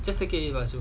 just take it you got it